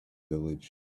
village